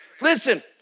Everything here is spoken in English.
Listen